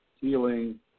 healing